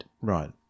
Right